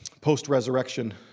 post-resurrection